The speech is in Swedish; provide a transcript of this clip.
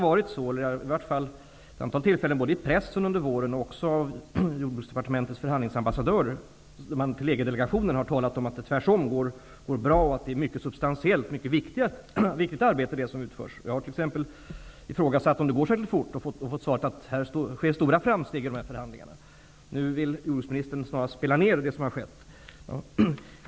Vid ett antal tillfällen i pressen under våren har det sagts -- det har även Jordbruksdepartementets förhandlingsambassadör förklarat för EG-delegationen -- att det tvärsom går bra och att det arbete som utförs är substantiellt och mycket viktigt. Jag har t.ex. ifrågasatt om det går särskilt fort och fått till svar att det görs stora framsteg i förhandlingarna. Nu vill jordbruksministern liksom spela ner det som har skett.